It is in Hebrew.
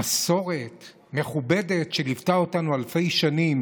מסורת מכובדת שליוותה אותנו אלפי שנים,